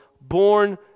born